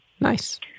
Nice